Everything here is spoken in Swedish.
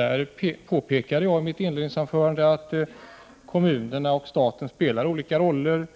Jag påpekade i mitt inledningsanförande att kommun och stat spelar olika roller.